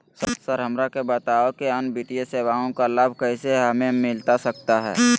Sir हमरा के बताओ कि अन्य वित्तीय सेवाओं का लाभ कैसे हमें मिलता सकता है?